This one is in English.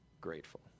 grateful